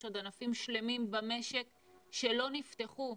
יש עוד ענפים שלמים במשק שלא נפתחו,